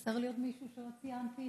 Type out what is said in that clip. חסר לי עוד מישהו שלא ציינתי?